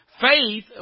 Faith